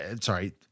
sorry